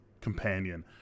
companion